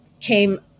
came